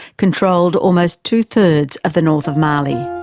controlled almost two-thirds of the north of mali.